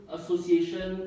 association